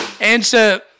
Answer